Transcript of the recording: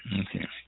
Okay